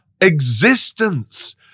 existence